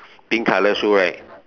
pink colour shoe right